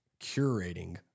curating